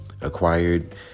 acquired